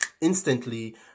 instantly